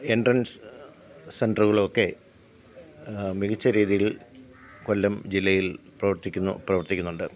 entrance സെന്ററുകളുമൊക്കെ മികച്ച രീതിയില് കൊല്ലം ജില്ലയില് പ്രവര്ത്തിക്കുന്നു പ്രവര്ത്തിക്കുന്നുണ്ട്